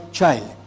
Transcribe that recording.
child